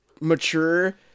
mature